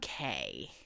okay